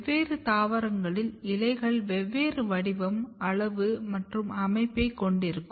வெவ்வேறு தாவரங்களில் இலைகள் வெவ்வேறு வடிவம் அளவு மற்றும் அமைப்பை கொண்டிருக்கும்